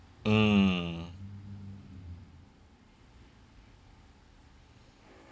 mm